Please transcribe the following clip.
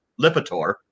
Lipitor